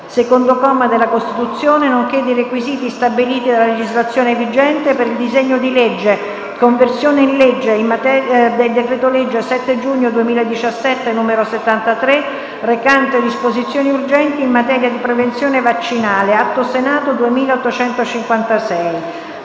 secondo comma, della Costituzione, nonché dei requisiti stabiliti dalla legislazione vigente, per il disegno di legge n. 2856: «Conversione in legge del decreto-legge 7 giugno 2017, n. 73, recante disposizioni urgenti in materia di prevenzione vaccinale». Ricordo che